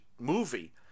movie